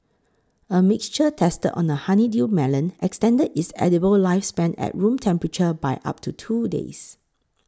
a mixture tested on a honeydew melon extended its edible lifespan at room temperature by up to two days